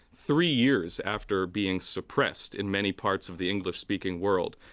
three years after being suppressed in many parts of the english-speaking world.